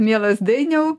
mielas dainiau